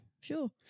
sure